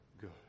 good